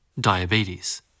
diabetes